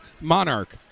Monarch